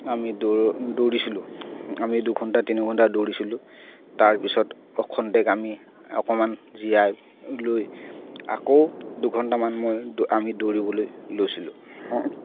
আমি দৌ দৌৰিছিলোঁ আমি দুঘণ্টা তিনি ঘণ্টা দৌৰিছিলোঁ তাৰপিছত খন্তেক আমি অকণমান জীৰাই লৈ আকৌ দুঘণ্টামান মই আমি দৌৰিবলৈ লৈছিলোঁ